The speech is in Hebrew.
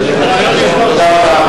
תודה רבה.